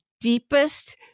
deepest